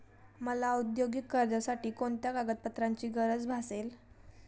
मला औद्योगिक कर्जासाठी कोणत्या कागदपत्रांची गरज भासेल?